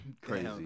Crazy